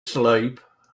sleep